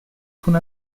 con